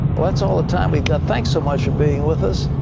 well, that's all the time we've got. thanks so much for being with us.